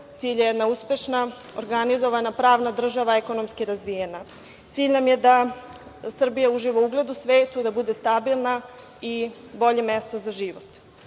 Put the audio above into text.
Cilj je jedna uspešna, organizovana, pravna država, ekonomski razvijena. Cilj nam je da Srbija uživa ugled u svetu, da bude stabilna i bolje mesto za život.